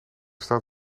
staat